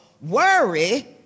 worry